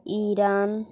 Iran